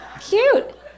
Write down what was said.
Cute